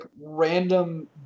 random